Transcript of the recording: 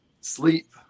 sleep